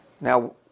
Now